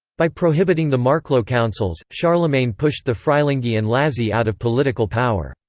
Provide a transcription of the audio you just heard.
by prohibiting the marklo councils, charlemagne pushed the frilingi and lazzi out of political power.